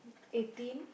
eighteen